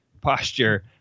posture